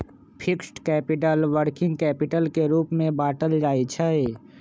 fixed capital, working capital के रूप में बाटल जाइ छइ